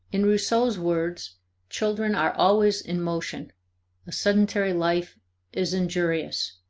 in rousseau's words children are always in motion a sedentary life is injurious.